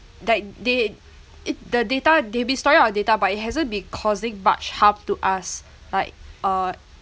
like they it the data they've been storing our data but it hasn't been causing much harm to us like uh